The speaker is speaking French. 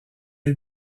est